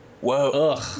Whoa